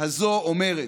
הזאת אומרת: